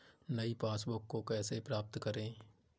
नई पासबुक को कैसे प्राप्त करें?